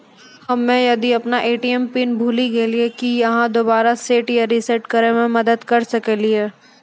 हम्मे यदि अपन ए.टी.एम पिन भूल गलियै, की आहाँ दोबारा सेट या रिसेट करैमे मदद करऽ सकलियै?